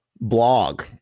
blog